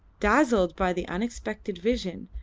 dazzled by the unexpected vision,